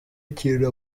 ikintu